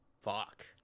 Fuck